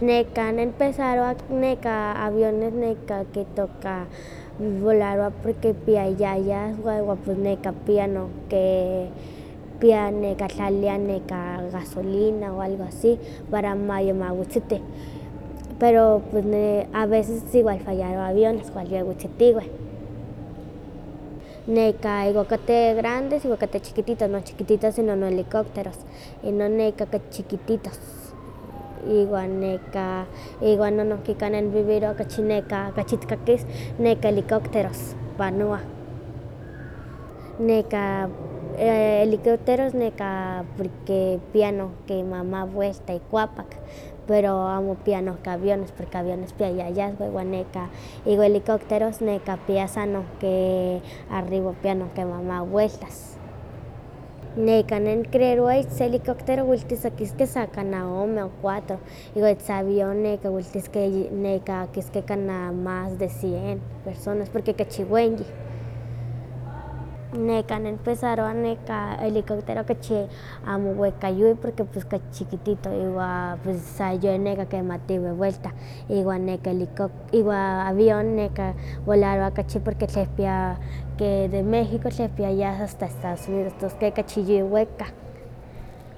Neka neh nihpensarowa aviones neka kitooka volaroba porque kipiah iyayaswah iwan nek kipia nohki kipia tlalilia gasolina o algo así, para maya mawitzitih, pero pues ne aveces igual fallaroba aviones cuando ya wetzitiweh. Nekah iwa kateh grandes iwa kateh chiquititos, no chiquititos no helicópteros, inon okachi chiquititos, iwan neka iwan nohki kani ne nivivirowa kachi neka kachi tihkakis neka helicópteros panowah. Nekah helicópteros porque kipia este kimahmaka welta ikuapak, pero amo kipia nohki aviones porque aviones kipia iyayaswah, iwan neka iwa helicópteros kipia san nohki arriba kipia noh kimamaka weltas. Neka ne nicreerowa ich se helicóptero wiltis akiskeh sa kana ome o cuatro, iwa ich se avión weltiskeh neka akiskeh kana mas de cien personas, porque kachi weyin. Neka ne nihpensarowa neka elicoptero amo wehka yuwi porque okachi chiquitito iwa pus sa yen neka kimakati welta, iwa neka elicop- iwa avión volarowa okachi porque tlehkia ke de méxico tlen kipia yas asta estados unidos tos tlen kipia yas kachi wehka.